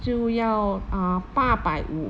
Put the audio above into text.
就要 uh 八百五